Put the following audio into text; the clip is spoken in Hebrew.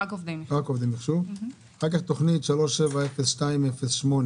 תוכנית 370208,